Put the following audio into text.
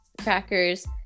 crackers